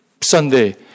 Sunday